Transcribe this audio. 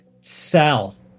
south